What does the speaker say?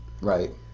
Right